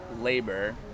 labor